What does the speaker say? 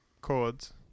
chords